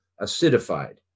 acidified